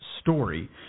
story